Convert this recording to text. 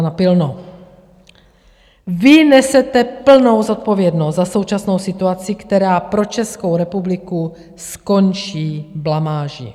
Vy nesete plnou zodpovědnost za současnou situaci, která pro Českou republiku skončí blamáží.